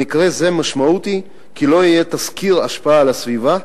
במקרה זה המשמעות היא שלא יהיה תסקיר השפעה על הסביבה,